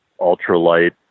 ultralight